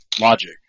logic